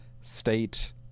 state